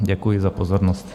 Děkuji za pozornost.